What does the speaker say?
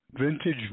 Vintage